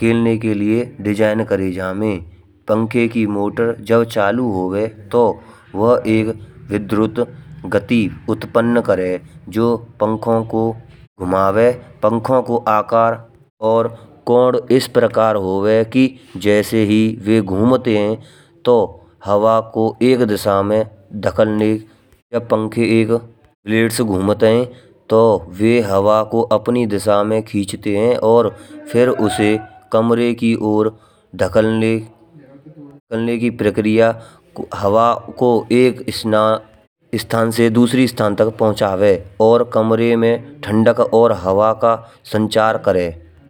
किलने के लिए डिजाइन करे जावे। पंखे की मोटर जब चालू होवे तो वह एक विध्रुत गति उत्पन्न करे जो पंखो को घुमावे। पंखो को आकार और कोड इस प्रकार होवे की जैसे ही वे घूमते है तो हवा को एक दिशा मा धकलने या पंखे जब ब्लेड से घूमते है तो वह हवा को अपनी दिशा मा खींचते हैं। फिर उसे कमरे की और धकलने की प्रक्रिया हवा को एक स्थान से दुसरे स्थान तक पहुंचावे और कमरे मा ठंडक और हवा का संचार करे।